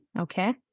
okay